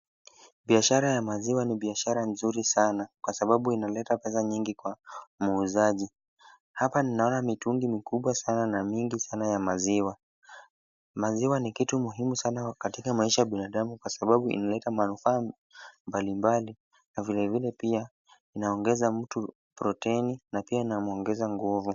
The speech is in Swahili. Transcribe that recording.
Biashara ya maziwa ni biashara nzuri sana kwa sababu inaleta pesa nyingi kwa muuzaji. Hapa naona mitungi mikubwa sana na mingi sana ya maziwa. Maziwa ni kitu muhimu sana katika maisha ya binadamu kwa sababu inaleta manufaa mbalimbali na vilevile pia inaongeza mtu proteni na pia inamwongeza nguvu.